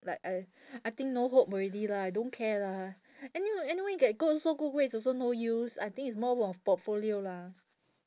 like I I think no hope already lah I don't care lah anyway anyway get good also good grades also no use I think it's more of portfolio lah